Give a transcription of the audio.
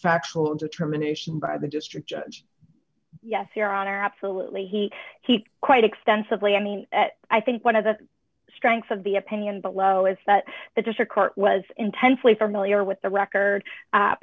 factual determination by the district judge yes your honor absolutely he keep quite extensively i mean i think one of the strengths of the opinion below is that the district court was intensely familiar with the record